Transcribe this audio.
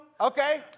okay